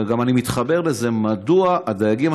ואני גם מתחבר לזה: מדוע אוסרים על הדייגים